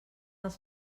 els